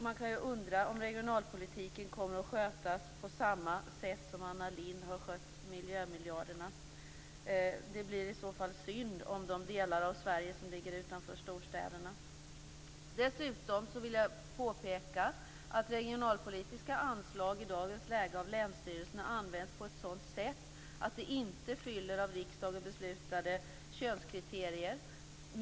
Man kan undra om regionalpolitiken kommer att skötas på samma sätt som Anna Lindh har skött miljömiljarderna. Det blir i så fall synd om de delar av Sverige som ligger utanför storstäderna. Jag vill påpeka att regionalpolitiska anslag i dagens läge av länsstyrelserna används på ett sådant sätt att de inte fyller av riksdagen beslutade könskriterier.